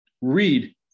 Read